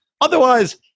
Otherwise